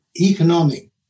economic